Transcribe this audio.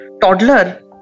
toddler